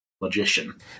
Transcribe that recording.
Logician